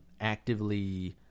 actively